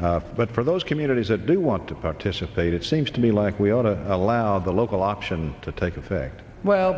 but for those communities that do want to participate it seems to me like we ought to allow the local action to take effect well